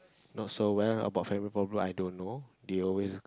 not so well about family problem i don't know they always